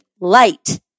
light